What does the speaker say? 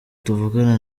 tuvugana